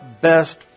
best